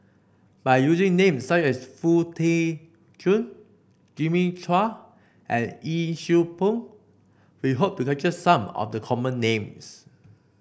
by using names such as Foo Tee Jun Jimmy Chua and Yee Siew Pun we hope to capture some of the common names